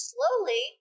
Slowly